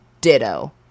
ditto